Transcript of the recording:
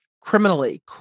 criminally